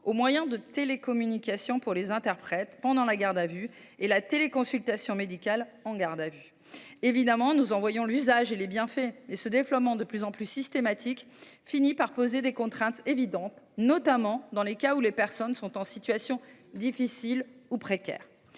aux moyens de télécommunication pour les interprètes pendant la garde à vue et à la téléconsultation médicale en garde à vue. Si nous comprenons l’utilité et les bienfaits de telles pratiques, leur déploiement de plus en plus systématique finit par poser des contraintes évidentes, notamment dans les cas où les personnes sont en situation difficile ou précaire.